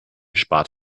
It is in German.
spart